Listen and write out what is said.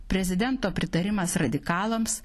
prezidento pritarimas radikalams